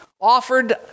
offered